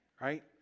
right